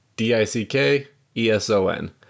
D-I-C-K-E-S-O-N